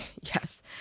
Yes